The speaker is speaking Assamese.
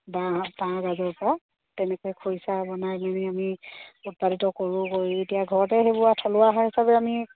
বাঁহ বাঁহ গাজৰ পৰা তেনেকৈ খৰিচা বনাই মানে আমি উৎপাদিত কৰোঁ কৰি এতিয়া ঘৰতে সেইবোৰ আৰু থলুৱা হিচাপে আমি